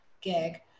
gig